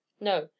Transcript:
No